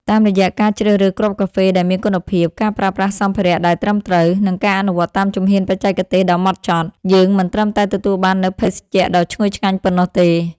តាមរយៈការជ្រើសរើសគ្រាប់កាហ្វេដែលមានគុណភាព ការប្រើប្រាស់សម្ភារៈដែលត្រឹមត្រូវ និងការអនុវត្តតាមជំហានបច្ចេកទេសដ៏ម៉ត់ចត់ យើងមិនត្រឹមតែទទួលបាននូវភេសជ្ជៈដ៏ឈ្ងុយឆ្ងាញ់ប៉ុណ្ណោះទេ។